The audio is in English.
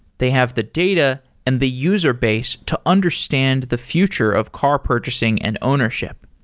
they have the data and the user base to understand the future of car purchasing and ownership.